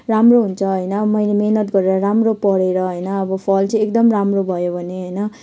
राम्रो हुन्छ होइन मैले मेहनत गरेर राम्रो पढेर होइन अब फल चाहिँ अब एकदम राम्रो भयो भने होइन